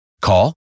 Call